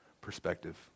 perspective